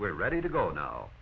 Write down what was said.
we're ready to go now